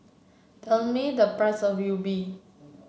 tell me the price of Yi Bua